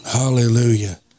Hallelujah